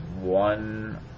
one